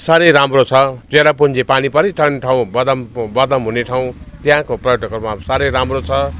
साह्रै राम्रो छ चेरापुन्जी पानी परी रहने ठाउँ बदाम बदाम हुने ठाउँ त्यहाँको पर्यटकहरू अब साह्रै राम्रो छ